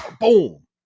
boom